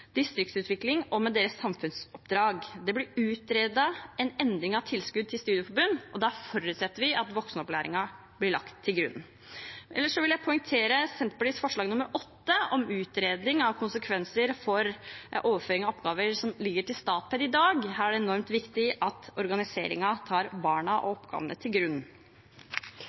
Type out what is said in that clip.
distriktsutvikling – med deres samfunnsoppdrag. Det blir utredet en endring av tilskudd til studieforbund, og der forutsetter vi at voksenopplæringen blir lagt til grunn. Ellers vil jeg poengtere Senterpartiets forslag nr. 8, om utredning av konsekvenser for overføring av oppgaver som ligger til Statped i dag. Her er det enormt viktig at organiseringen legger barna og oppgavene til grunn.